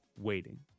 waiting